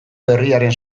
berriaren